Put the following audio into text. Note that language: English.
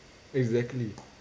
exactly